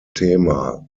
thema